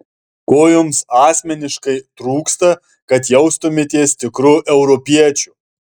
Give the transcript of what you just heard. ko jums asmeniškai trūksta kad jaustumėtės tikru europiečiu